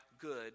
good